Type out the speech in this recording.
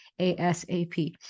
ASAP